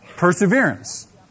Perseverance